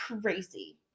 crazy